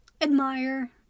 admire